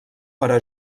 però